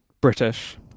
British